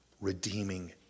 redeeming